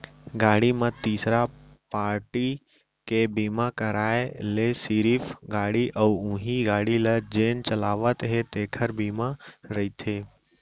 गाड़ी म तीसरा पारटी के बीमा कराय ले सिरिफ गाड़ी अउ उहीं गाड़ी ल जेन चलावत हे तेखर बीमा रहिथे